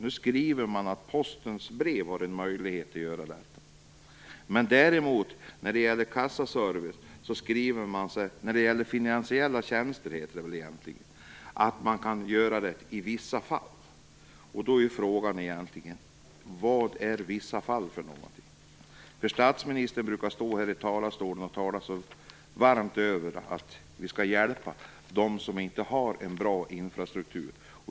Nu skriver man att Posten Brev har en möjlighet att göra detta. Men däremot när det gäller kassaservice - eller finansiella tjänster, som det väl egentligen heter - kan man göra det i vissa fall. Då är frågan: Vad är vissa fall? Statsministern brukar stå här i talarstolen och tala varmt om att vi skall hjälpa de som inte har en bra infrastruktur.